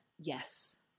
Yes